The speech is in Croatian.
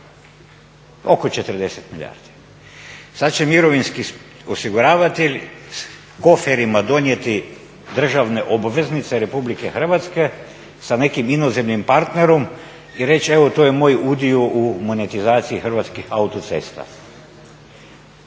oko 40 milijardi. Sad će mirovinski osiguravatelj s koferima donijeti državne obveznice Republike Hrvatske sa nekim inozemnim partnerom i reći evo to je moj udio u monetizaciji Hrvatskih autocesta.